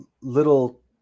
little